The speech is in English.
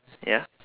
ya